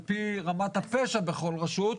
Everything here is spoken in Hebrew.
על פי רמת הפשע בכל רשות,